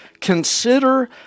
consider